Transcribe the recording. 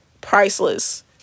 priceless